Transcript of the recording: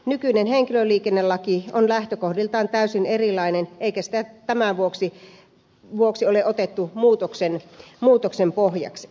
nykyinen henkilöliikennelaki on lähtökohdiltaan täysin erilainen eikä sitä tämän vuoksi ole otettu muutoksen pohjaksi